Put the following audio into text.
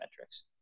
metrics